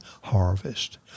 harvest